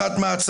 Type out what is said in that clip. לדוח ועדת שמגר.